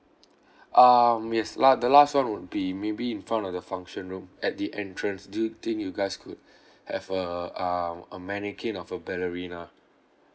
um yes la~ the last one would be maybe in front of the function room at the entrance do you think you guys could have a uh a mannequin of a ballerina